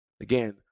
Again